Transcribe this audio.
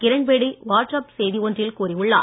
Kiran Bedi WhatsApp செய்தி ஒன்றில் கூறியுள்ளார்